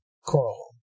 Coral